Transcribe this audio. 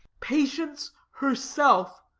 patience herself,